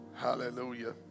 Hallelujah